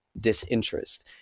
disinterest